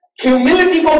humility